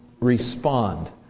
respond